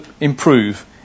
improve